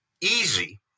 easy